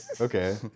okay